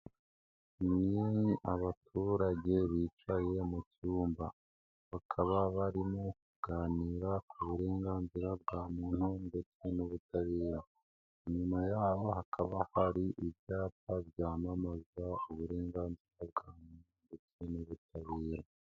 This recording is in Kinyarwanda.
Ni abaturage bicaye mu byumba, bakaba barimo kuganira ku burenganzira bwa muntu ndetse n'ubutabera, inyuma yaho hakaba hari ibyapa byamamaza uburenganzira bwa muntu ndetse n'ubutabera.